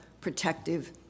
protective